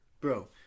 Bro